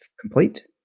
complete